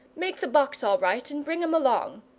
make the box all right, and bring em along.